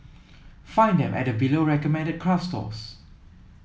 find them at the below recommended craft stores